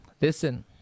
listen